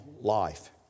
life